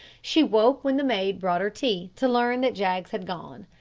she woke when the maid brought her tea, to learn that jaggs had gone.